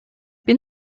bin